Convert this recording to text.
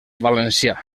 valencià